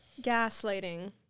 gaslighting